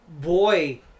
boy